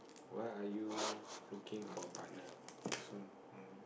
why are you looking for a partner so